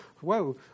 whoa